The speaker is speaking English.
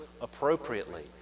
appropriately